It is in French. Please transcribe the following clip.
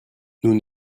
nous